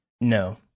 No